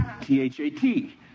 T-H-A-T